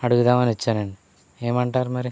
అడుగుదామని వచ్చానండి ఏమంటారు మరి